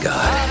God